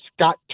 Scott